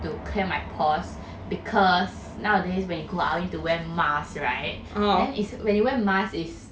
to clear my pores because nowadays when you go out you need to wear mask right then it's when you wear mask is